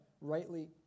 rightly